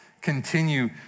Continue